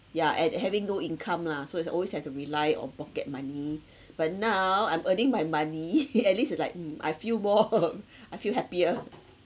yeah and having no income lah so it's always have to rely on pocket money but now I'm earning my money at least it's like mm I feel more I feel happier